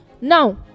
Now